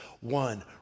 one